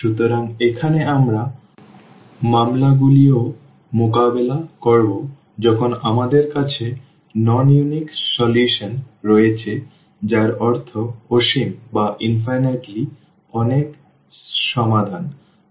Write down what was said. সুতরাং এখানে আমরা মামলাগুলি ও মোকাবেলা করব যখন আমাদের কাছে অ অনন্য সমাধান রয়েছে যার অর্থ অসীম অনেক সমাধান বা সিস্টেম এর কোনও সমাধান নেই